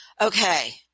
Okay